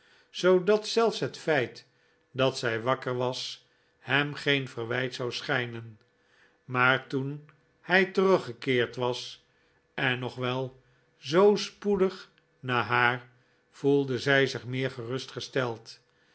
zoodat zelfs het feit dat zij wakker was hem geen verwijt zou schijnen maar toen hij teruggekeerd was en nog wel zoo spoedig na haar voelde zij zich